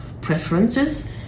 preferences